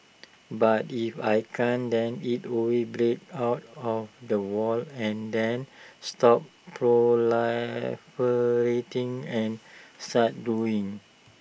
but if I can't then IT will break out of the wall and then stop proliferating and start growing